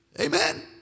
amen